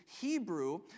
Hebrew